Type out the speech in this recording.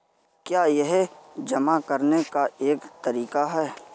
क्या यह जमा करने का एक तरीका है?